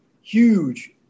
huge